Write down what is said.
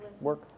work